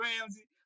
Ramsey